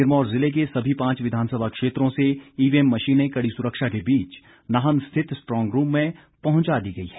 सिरमौर जिले के सभी पांच विधानसभा क्षेत्रों से ईवीएम मशीने कड़ी सुरक्षा के बीच नाहन स्थित स्ट्रॉन्ग रूम में पहुंचा दी गई है